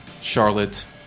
Charlotte